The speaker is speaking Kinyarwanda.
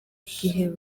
igihe